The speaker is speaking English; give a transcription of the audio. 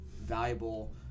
valuable